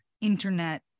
Internet